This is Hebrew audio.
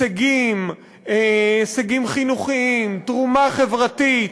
הישגים, הישגים חינוכיים, תרומה חברתית.